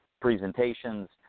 presentations